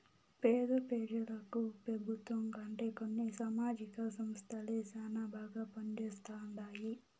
పేద పెజలకు పెబుత్వం కంటే కొన్ని సామాజిక సంస్థలే శానా బాగా పంజేస్తండాయి